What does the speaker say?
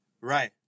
right